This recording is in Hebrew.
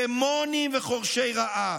דמוניים וחורשי רעה.